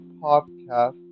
podcast